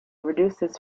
reduces